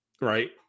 Right